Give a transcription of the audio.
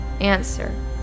Answer